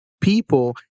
people